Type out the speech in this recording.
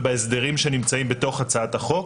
ובהסדרים שנמצאים בהצעת החוק.